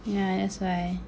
yeah that's why